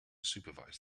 supervise